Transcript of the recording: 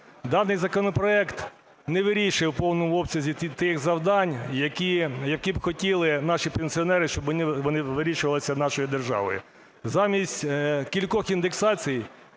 Даний законопроект не вирішує в повному обсязі тих завдань, які хотіли б наші пенсіонери, щоб вони вирішувалися нашою державою. Замість кількох індексацій,